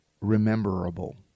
rememberable